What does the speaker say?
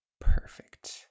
perfect